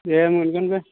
दे मोनगोन बे